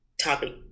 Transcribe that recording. topic